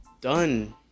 done